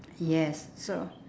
yes so